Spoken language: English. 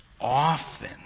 often